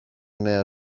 νέα